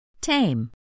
Tame